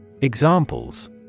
Examples